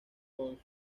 con